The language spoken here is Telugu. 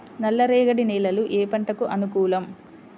నల్లరేగడి నేలలు ఏ పంటలకు అనుకూలం?